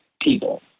people